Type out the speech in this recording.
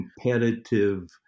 competitive